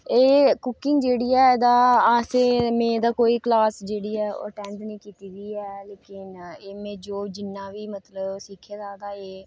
एह् कुकिंग जेह्ड़ी ऐ एह्दा असें में एह्दा क्लास जेह्ड़ी ऐ अटैंड नेईं कीती ऐ एह् में जो जिन्ना बी सिक्खे दा न एह्